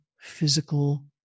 physical